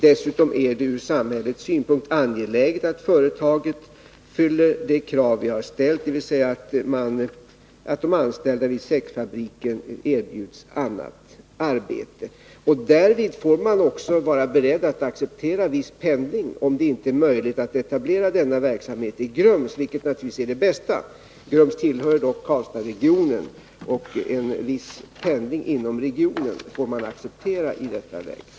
Dessutom är det ur samhällets synpunkt angeläget att företaget uppfyller de krav vi har ställt, dvs. att de anställda vid säckfabriken erbjuds annat arbete. Därvid får man också vara beredd att acceptera viss pendling, om det inte är möjligt att etablera denna verksamhet i Grums, vilket naturligtvis vore det bästa. Grums tillhör dock Karlstadregionen och en viss pendling inom regionen får man acceptera i detta läge.